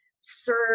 serve